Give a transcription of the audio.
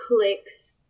clicks